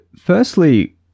firstly